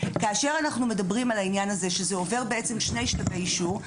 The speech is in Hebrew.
כאשר אנחנו מדברים על העניין שזה עובר בעצם שני שלבי אישור.